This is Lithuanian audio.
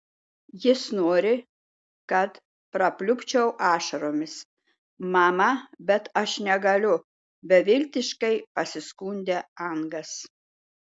jis nori kad prapliupčiau ašaromis mama bet aš negaliu beviltiškai pasiskundė angas